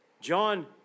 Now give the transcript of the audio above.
John